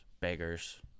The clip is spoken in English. Beggars